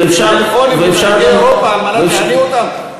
בטלפונים עם מנהיגי אירופה על מנת להניא אותם?